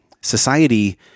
society